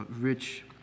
rich